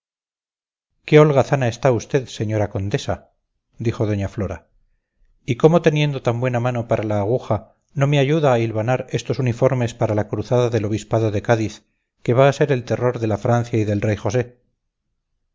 qué holgazana está usted señora condesa dijo doña flora y cómo teniendo tan buena mano para la aguja no me ayuda a hilvanar estos uniformes para la cruzada del obispado de cádiz que va a ser el terror de la francia y del rey josé